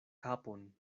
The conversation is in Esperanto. kapon